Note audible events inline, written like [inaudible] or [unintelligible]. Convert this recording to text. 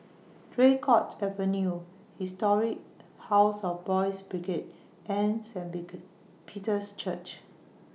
Draycott Avenue Historic House of Boys' Brigade and Saint [unintelligible] Peter's Church